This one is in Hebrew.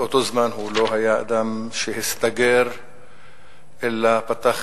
באותו זמן הוא לא היה אדם שהסתגר אלא פתח